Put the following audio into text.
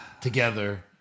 together